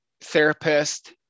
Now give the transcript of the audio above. therapist